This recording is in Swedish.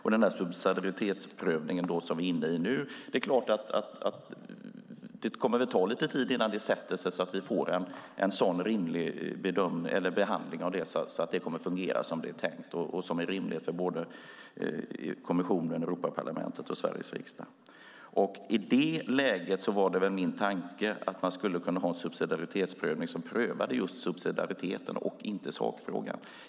Det kommer nog att ta lite tid innan den subsidiaritetsprövning som vi nu är inne i sätter sig så att vi får en rimlig behandling av detta och så att det kommer att fungera som det är tänkt och som är rimligt för kommissionen, Europaparlamentet och Sveriges riksdag. I det läget var det min tanke att man skulle kunna ha en subsidiaritetsprövning som prövade just subsidiariteten och inte sakfrågan.